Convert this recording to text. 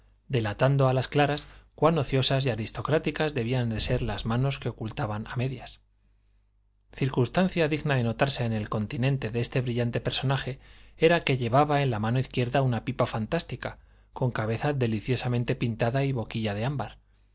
delatando a las claras cuán ociosas y aristocráticas debían ser las manos que ocultaban a medias circunstancia digna de notarse en el continente de este brillante personaje era que llevaba en la mano izquierda una pipa fantástica con cabeza deliciosamente pintada y boquilla de ámbar